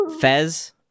Fez